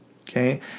okay